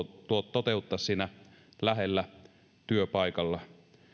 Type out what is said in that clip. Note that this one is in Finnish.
toteuttaa siinä lähellä työpaikalla